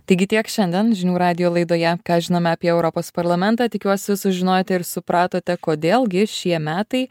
taigi tiek šiandien žinių radijo laidoje ką žinome apie europos parlamentą tikiuosi sužinojote ir supratote kodėl gi šie metai